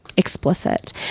Explicit